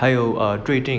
还有 err 最近